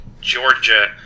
Georgia